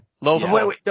low